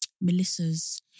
Melissa's